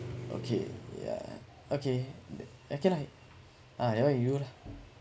okay yeah okay then okay lah ah that one you lah